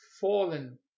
fallen